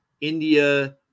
India